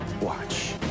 Watch